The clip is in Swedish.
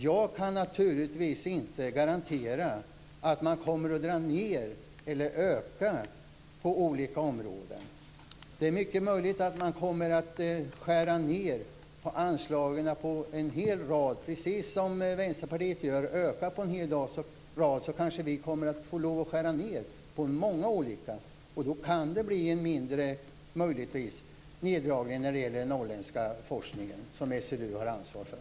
Jag kan naturligtvis inte garantera att man kommer att dra ned eller öka på olika områden. Det är mycket möjligt att man kommer att skära ned anslagen på en hel rad områden och, precis som Vänsterpartiet gör, öka anslagen på en hel rad områden. Då kanske vi får lov att skära ned på många olika områden. Och då kan det möjligtvis bli en mindre neddragning när det gäller den norrländska forskningen som SLU har ansvar för.